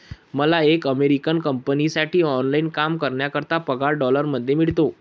मला एका अमेरिकन कंपनीसाठी ऑनलाइन काम करण्याकरिता पगार डॉलर मध्ये मिळतो